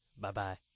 Bye-bye